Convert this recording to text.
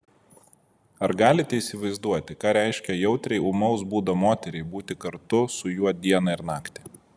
ar galite įsivaizduoti ką reiškia jautriai ūmaus būdo moteriai būti kartu su juo dieną ir naktį